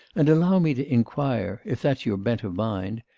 and allow me to inquire, if that's your bent of mind,